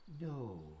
No